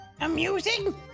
Amusing